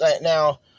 Now